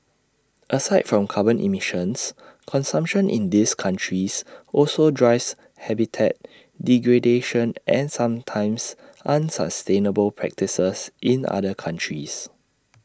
aside from carbon emissions consumption in these countries also drives habitat degradation and sometimes unsustainable practices in other countries